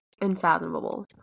unfathomable